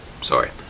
sorry